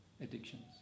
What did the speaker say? addictions